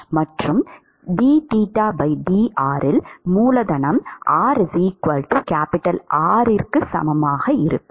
மற்றும் d dr இல் மூலதனம் rR க்கு சமமாக இருக்கும்